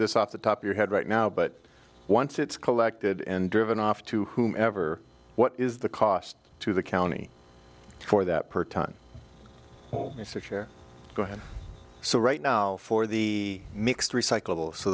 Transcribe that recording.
this off the top your head right now but once it's collected and driven off to whomever what is the cost to the county for that per ton going so right now for the mixed recyclable so